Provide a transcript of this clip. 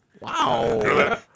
Wow